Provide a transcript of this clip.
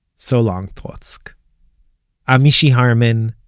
so long, trotzk i'm mishy harman,